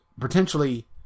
potentially